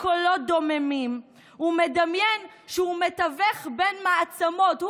קולות דוממים ומדמיין שהוא מתווך בין מעצמות.